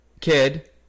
kid